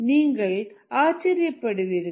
நீங்கள் ஆச்சரியப்படுவீர்கள்